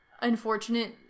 unfortunate